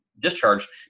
discharged